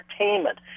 entertainment